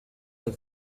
est